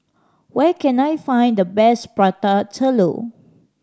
where can I find the best Prata Telur